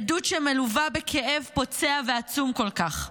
עדות שמלווה בכאב פוצע ועצום כל כך.